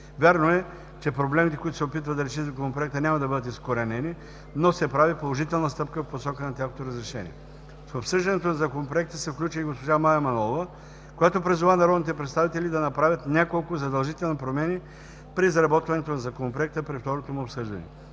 Вярно е, че проблемите, които се опитва да реши Законопроекта няма да бъдат изкоренени, но се прави положителна стъпка във посока на тяхното разрешаване. В обсъждането на Законопроекта се включи и госпожа Мая Манолова, която призова народните представители да направят няколко задължителни промени при изработването на Законопроекта при второто му обсъждане.